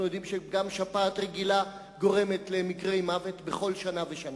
אנחנו יודעים שגם שפעת רגילה גורמת למקרי מוות בכל שנה ושנה,